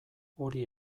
hori